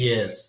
Yes